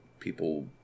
people